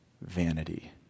vanity